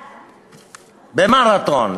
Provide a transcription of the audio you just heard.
במרתון.